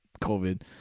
COVID